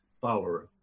follower